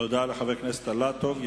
תודה לחבר הכנסת אילטוב.